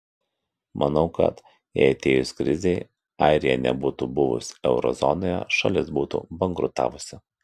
manau kad jei atėjus krizei airija nebūtų buvus euro zonoje šalis būtų bankrutavusi